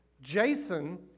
Jason